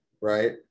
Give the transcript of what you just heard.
right